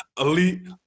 elite –